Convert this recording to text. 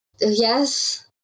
Yes